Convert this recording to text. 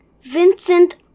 Vincent